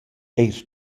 eir